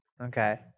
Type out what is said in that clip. Okay